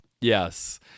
Yes